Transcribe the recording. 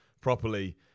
properly